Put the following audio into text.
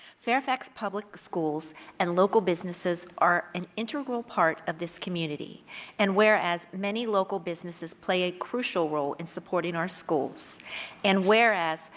public schools and local businesses are an integral part of this community and whereas, many local businesses play a crucial role in supporting our schools and whereas,